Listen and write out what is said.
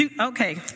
Okay